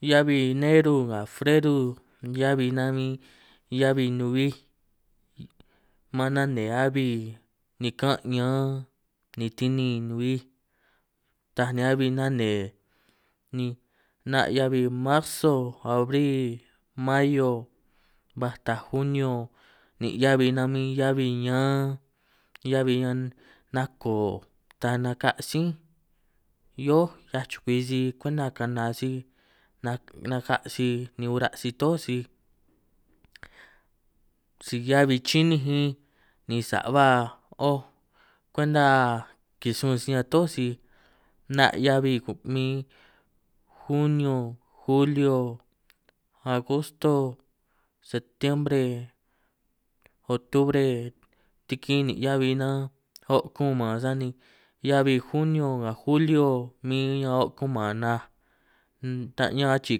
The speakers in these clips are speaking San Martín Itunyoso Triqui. Hiabi neru nga freru hiabi nan bin hiabi nuhuij, man nane abi nikan' ñaan ni ti'ni nuhuij taaj ni abi nane, ni 'na' hiabi marsu, abri, mayu, ba taaj juniu, nin' hiabi nan bin hiabi ñaan hiabi ñan nako ta naka' sí hioó 'hiaj chukwi sij kwenta kanaj sij nakaj sij, ni uraj sij toój sij si hiabi chi'ninj ni sa' ba' oj kwenta ki'hiaj sun riñan toój sij, 'na' hiabi bin juniu, juliu, agosto, septimbre, octubre riki nin' hiabi nan o' kuman, sani hiabi juniu nga juliu min ñan o' kuman naj, ta ñan achii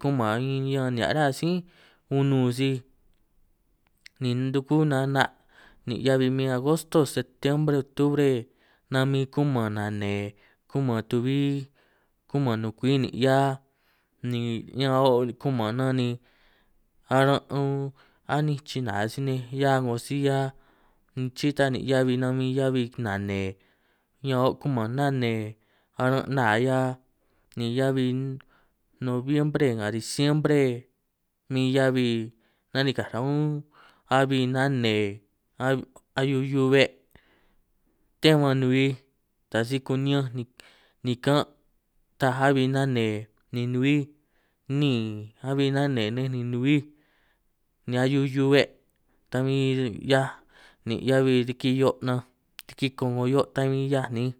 kuman bin ñan nihia' ra sí unun sij ni duku nan 'na' nin' hiabi min agosto, septiembre, octubre nan min kuman nane kuman tu'bbi kuman nukwi nin', hia ni ñan ao' kuman nan ni aran' un aninj china sij nej 'hia, 'ngo si 'hia, chi'i tan nin' hiabi nan bin heabi nane, ñan o' kuman nane aran' nnaa 'hia ni heabi novienbre nga diciembre min hiabi nanikaj ran' un abi nane ahiu hiu 'be, tu ba nubij taj si kuni'ñanj nikan' taaj abi nane ni nubij niin, ahui nane nej ni nuhuij ni ahiu hiu 'be ta bin 'hiaj nin' heabi riki hio' nan, riki ko'ngo hio' ta bin 'hiaj nin'inj.